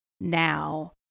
now